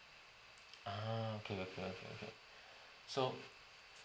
ah okay okay okay okay so